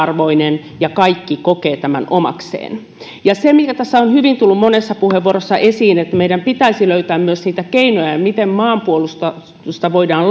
arvoinen ja kaikki kokevat tämän omakseen mikä on hyvin tullut monessa puheenvuorossa esiin niin meidän pitäisi löytää myös niitä keinoja miten maanpuolustusta voidaan